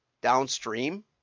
downstream